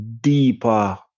deeper